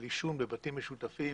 של עישון בבתים משותפים,